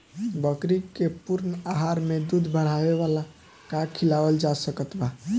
बकरी के पूर्ण आहार में दूध बढ़ावेला का खिआवल जा सकत बा?